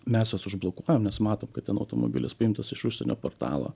mes juos užblokuojam mes matom kad ten automobilis paimtas iš užsienio portalo